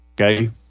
okay